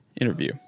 interview